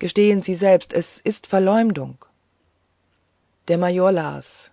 gestehen sie selbst es ist verleumdung der major las